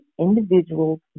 individuals